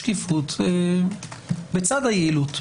שקיפות בצד היעילות.